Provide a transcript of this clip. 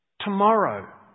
Tomorrow